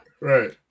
right